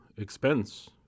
expense